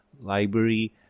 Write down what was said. Library